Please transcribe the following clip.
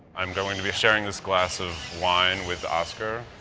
i'm going to be sharing this glass of wine with oscar,